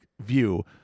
view